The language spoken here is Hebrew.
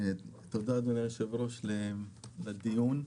תודה, אדוני היושב-ראש, על הדיון.